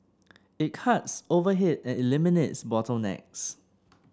it cuts overhead and eliminates bottlenecks